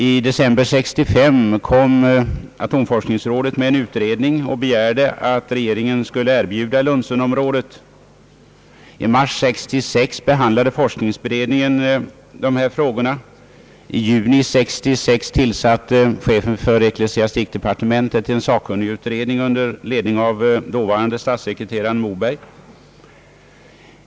I december 1965 kom atomforskningsrådet med en utredning och begärde att regeringen skulle erbjuda Lunsenområdet. I mars 1966 behandlade forskningsberedningen dessa frågor. I juni 1966 tillsatte chefen för ecklesiastikdepartementet en sakkunnigutredning under ledning av dåvarande statssekreteraren Moberg.